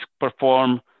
perform